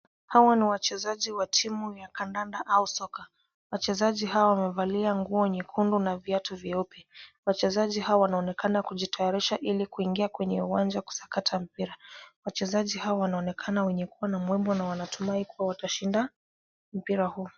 Hawa ni wachezaji wa timu ya kandanda au soka. Wachezaji hawa wamevalia nguo nyekundu na viatu vyeupe. Wachezaji hawa wanaonekana kujitayarisha ili kuingia kwenye uwanja kusakata mpira. Wachezaji hawa wanaonekana wenye kuwa na mbwembwe na wanatumai kuwa watashinda mpira huo.